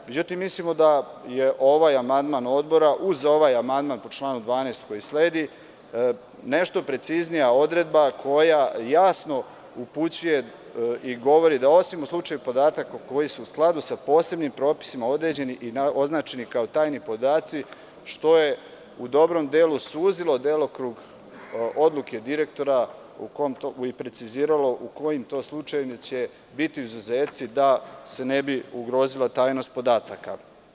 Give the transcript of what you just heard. Mislimo da je ovaj amandman Odbora, uz ovaj amandman na član 12. koji sledi, nešto preciznija odredba koja jasno upućuje i govori da osim u slučaju podataka koji su u skladu sa posebnim propisima određeni i označeni kao tajni podaci, što je u dobrom delu suzilo delokrug odluke direktora i preciziralo u kojim to slučajevima će biti izuzeci da se ne bi ugrozila tajnost podataka.